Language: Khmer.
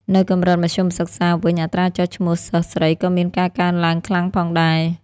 នៅកម្រិតមធ្យមសិក្សាវិញ អត្រាចុះឈ្មោះសិស្សស្រីក៏មានការកើនឡើងខ្លាំងផងដែរ។